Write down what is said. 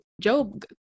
Job